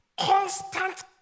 constant